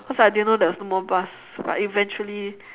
cause I didn't know there was no more bus but eventually